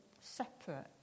separate